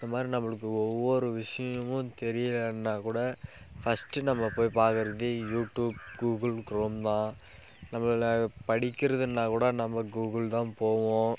இந்தமாதிரி நம்மளுக்கு ஒவ்வொரு விஷயமும் தெரியலைன்னா கூட ஃபர்ஸ்டு நம்ம போய் பார்க்கறது யூடியூப் கூகுள் க்ரோம் தான் நம்மள படிக்கிறதுன்னா கூட நம்ம கூகுள் தான் போவோம்